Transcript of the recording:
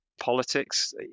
politics